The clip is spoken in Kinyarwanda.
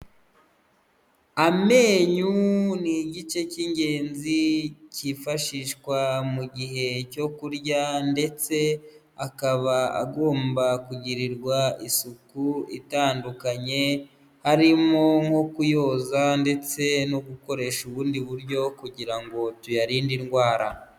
Amenyo ni igice cy'ingenzi kifashishwa mu gihe cyo kurya ndetse akaba agomba kugirirwa isuku itandukanye, harimo nko kuyoza ndetse no gukoresha ubundi buryo kugira ngo tuyarinde indwara.